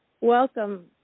Welcome